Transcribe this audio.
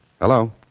Hello